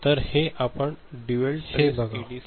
तर हे आपण ड्युअल ट्रेस एडीसी मध्ये बघू शकतो